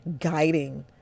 guiding